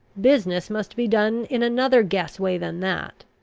business must be done in another guess way than that.